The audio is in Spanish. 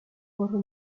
gorro